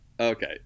Okay